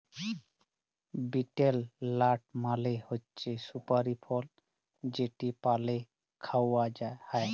betel nut মালে হছে সুপারি ফল যেট পালে খাউয়া হ্যয়